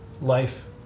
life